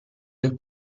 del